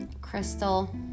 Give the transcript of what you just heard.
Crystal